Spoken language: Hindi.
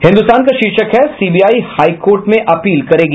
हिन्दुस्तान का शीर्षक है सीबीआई हाईकोर्ट में अपील करेगी